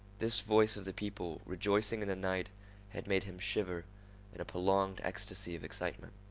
this voice of the people rejoicing in the night had made him shiver in a prolonged ecstasy of excitement.